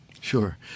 Sure